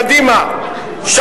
קדימה של אורית זוארץ,